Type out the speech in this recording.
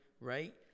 right